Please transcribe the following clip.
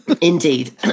Indeed